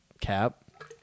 Cap